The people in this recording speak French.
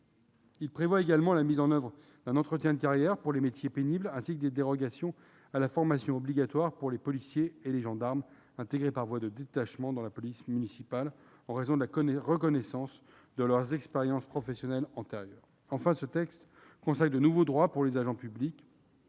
Il prévoit la mise en oeuvre d'un entretien de carrière pour les métiers pénibles, ainsi que des dérogations à la formation obligatoire pour les policiers et les gendarmes, qui sont intégrés par voie de détachement dans la police municipale en raison de la reconnaissance de leurs expériences professionnelles antérieures. Ce texte consacre aussi de nouveaux droits pour les agents publics